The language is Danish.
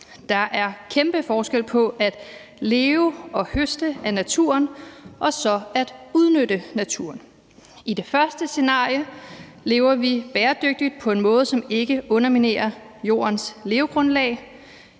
er en kæmpe forskel på at leve og høste af naturen og så at udnytte naturen. I det første scenarie lever vi bæredygtigt og på en måde, som ikke underminerer Jordens levegrundlag.